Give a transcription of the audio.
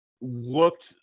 looked